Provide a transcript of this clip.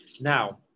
Now